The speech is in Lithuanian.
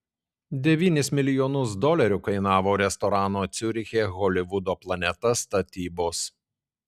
devynis milijonus dolerių kainavo restorano ciuriche holivudo planeta statybos